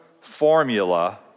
formula